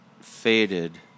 faded